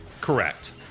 Correct